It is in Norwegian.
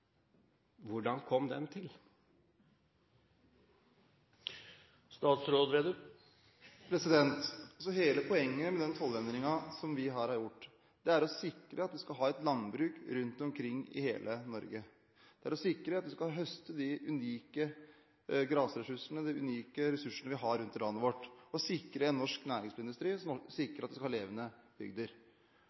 Hele poenget med den tollendringen vi her har gjort, er å sikre at vi skal ha et landbruk rundt omkring i hele Norge, det er å sikre at vi skal høste av de unike gressressursene og de unike ressursene vi har rundt i landet vårt, og det er å sikre norsk næringsmiddelindustri – slik at vi skal ha levende bygder.